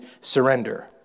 surrender